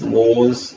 laws